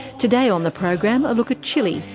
today on the program, a look at chile,